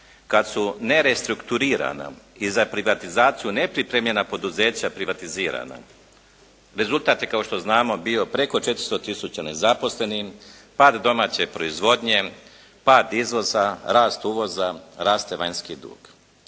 kad su nerestrukturirana i za privatizaciju nepripremljena poduzeća privatizirana. Rezultat je kao što znamo bio preko 400 tisuća nezaposlenih, pad domaće proizvodnje, pad izvoza, rast uvoza, raste vanjski dug.